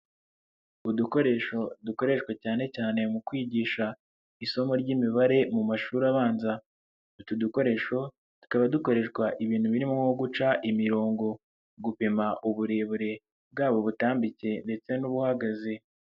Udukoresho dukoreshwa cyane cyane mu kwigisha isomo ry'imibare mu mashuri abanza, utu dukoresho tukaba dukoreshwa ibintu birimo nko guca imirongo, gupima uburebure bwaba ubutambitse ndetse n'ubuhagaze.